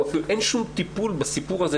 אין שום טיפול בסיפור הזה,